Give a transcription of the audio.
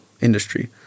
industry